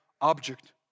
object